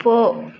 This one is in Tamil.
போ